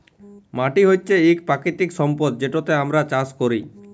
মাটি হছে ইক পাকিতিক সম্পদ যেটতে আমরা চাষ ক্যরি